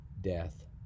death